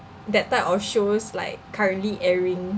that type of shows like currently airing